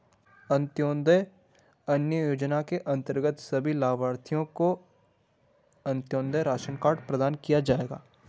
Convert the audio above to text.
अंत्योदय अन्न योजना के अंतर्गत सभी लाभार्थियों को अंत्योदय राशन कार्ड प्रदान किया जाएगा